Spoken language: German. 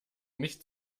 nicht